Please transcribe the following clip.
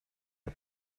out